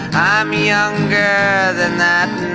i'm younger than that